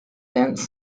dance